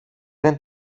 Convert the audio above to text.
δεν